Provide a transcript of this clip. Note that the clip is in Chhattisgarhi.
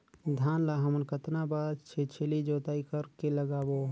धान ला हमन कतना बार छिछली जोताई कर के लगाबो?